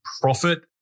profit